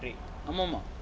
ஆமா ஆமா:aamaa aamaa